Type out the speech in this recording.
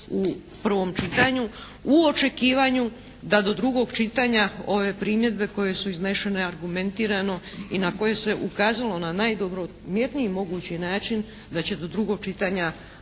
u očekivanju da do drugog čitanja ove primjedbe koje su iznešene argumentirano i na koje se ukazalo na najdobronamjerniji mogući način da će do drugog čitanja